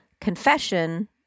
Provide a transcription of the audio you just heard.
Confession